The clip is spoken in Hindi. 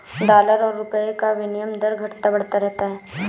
डॉलर और रूपए का विनियम दर घटता बढ़ता रहता है